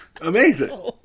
amazing